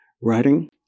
writing